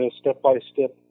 step-by-step